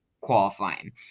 qualifying